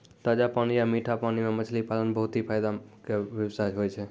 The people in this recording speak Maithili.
ताजा पानी या मीठा पानी मॅ मछली पालन बहुत हीं फायदा के व्यवसाय होय छै